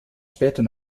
später